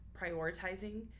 prioritizing